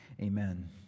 Amen